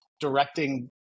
directing